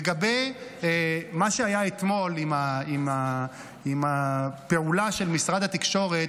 לגבי מה שהיה אתמול עם הפעולה של משרד התקשורת,